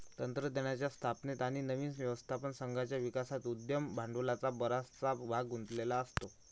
तंत्रज्ञानाच्या स्थापनेत आणि नवीन व्यवस्थापन संघाच्या विकासात उद्यम भांडवलाचा बराचसा भाग गुंतलेला असतो